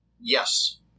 Yes